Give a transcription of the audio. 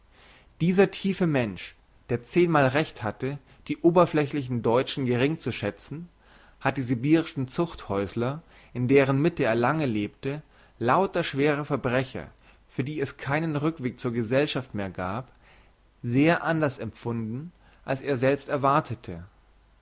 dieser tiefe mensch der zehn mal recht hatte die oberflächlichen deutschen gering zu schätzen hat die sibirischen zuchthäusler in deren mitte er lange lebte lauter schwere verbrecher für die es keinen rückweg zur gesellschaft mehr gab sehr anders empfunden als er selbst erwartete